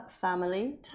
family